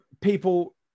people